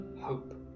hope